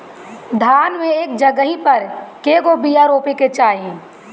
धान मे एक जगही पर कएगो बिया रोपे के चाही?